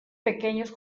pequeños